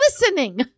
listening